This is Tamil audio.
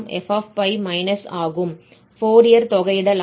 ஃபோரியர் தொகையிடலானது xπ இல் குவியும்